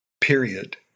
period